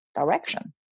direction